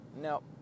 No